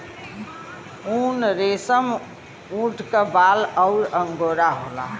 उनरेसमऊट क बाल अउर अंगोरा होला